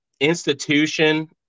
institution